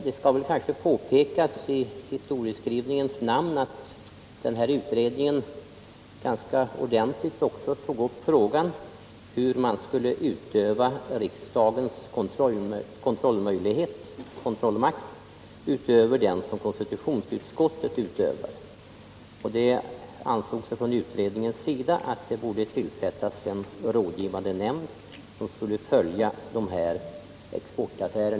Det skall kanske påpekas i historieskrivningens namn att denna utredning ganska ordentligt tog upp frågan hur man skulle utöva riksdagens kontrollmakt utöver den som konstitutionsutskottet har. Utredningen ansåg att det borde tillsättas en rådgivande nämnd, som skulle följa dessa exportaffärer.